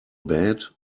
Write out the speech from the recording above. bed